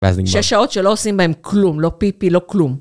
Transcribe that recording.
שיש שעות שלא עושים בהם כלום, לא פיפי, לא כלום.